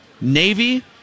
Navy